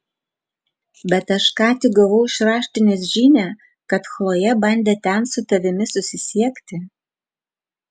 bet aš ką tik gavau iš raštinės žinią kad chlojė bandė ten su tavimi susisiekti